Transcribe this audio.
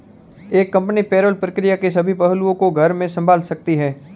एक company payroll प्रक्रिया के सभी पहलुओं को घर में संभाल सकती है